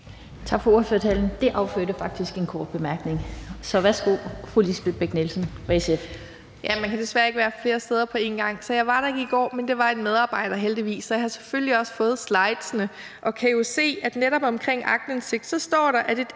Tak for ordførertalen. Det affødte faktisk en kort bemærkning, så værsgo til fru Lisbeth Bech-Nielsen fra SF. Kl. 13:52 Lisbeth Bech-Nielsen (SF): Man kan desværre ikke være flere steder på en gang, så jeg var der ikke i går, men det var en medarbejder heldigvis. Så jeg har selvfølgelig også fået slidene og kan jo se, at netop omkring aktindsigt står der, at et